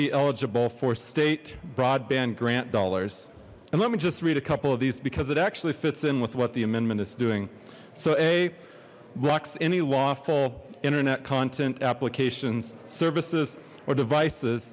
be eligible for state broadband grant dollars and let me just read a couple of these because it actually fits in with what the amendment is doing so a blocks any lawful internet content applications services or devices